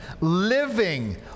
living